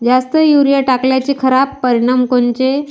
जास्त युरीया टाकल्याचे खराब परिनाम कोनचे?